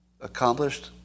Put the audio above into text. accomplished